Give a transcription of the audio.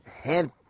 Head